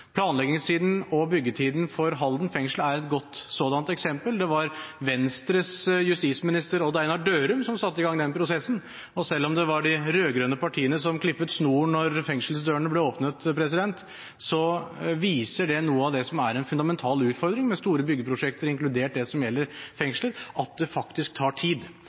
Planleggingstiden og byggetiden for Halden fengsel er et godt sådant eksempel. Det var Venstres justisminister Odd Einar Dørum som satte i gang den prosessen, og selv om det var de rød-grønne partiene som klippet snoren når fengselsdørene ble åpnet, viser dette noe av det som er en fundamental utfordring med store byggeprosjekter, inkludert det som gjelder fengsler – at det faktisk tar tid.